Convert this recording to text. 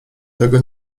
tego